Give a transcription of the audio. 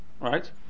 right